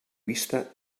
vista